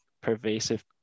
pervasive